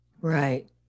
Right